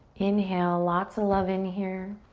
inhale lots of love in here.